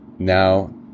Now